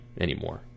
anymore